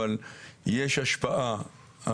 אבל יש השפעה,